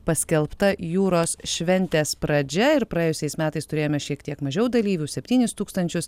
paskelbta jūros šventės pradžia ir praėjusiais metais turėjome šiek tiek mažiau dalyvių septynis tūkstančius